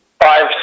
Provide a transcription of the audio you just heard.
Five